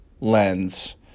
lens